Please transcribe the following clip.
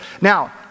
Now